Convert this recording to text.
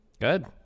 Good